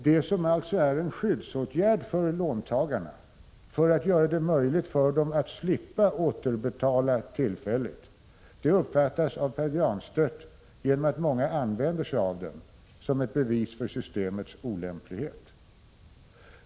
Det som alltså är en skyddsåtgärd för låntagarna — syftet är att göra det möjligt för dem att tillfälligt slippa återbetala, och många utnyttjar den möjligheten — uppfattas av Pär Granstedt som ett bevis för systemets olämplighet.